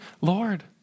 Lord